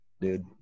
Dude